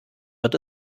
wird